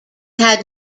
had